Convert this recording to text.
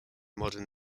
modern